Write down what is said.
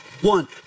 One